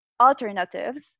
alternatives